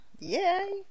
Yay